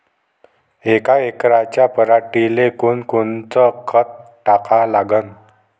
यका एकराच्या पराटीले कोनकोनचं खत टाका लागन?